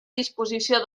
disposició